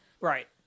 Right